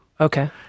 Okay